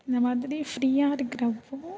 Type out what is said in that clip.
அந்த மாதிரி ஃப்ரீயாக இருக்கிறப்போ